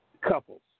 couples